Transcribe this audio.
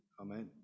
Amen